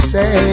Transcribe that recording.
Say